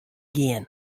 gean